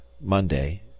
Monday